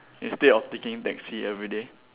instead of taking taxi everyday